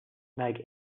like